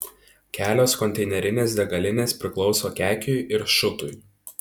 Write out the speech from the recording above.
kelios konteinerinės degalinės priklauso kekiui ir šutui